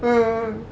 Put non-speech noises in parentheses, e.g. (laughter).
(noise)